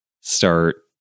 start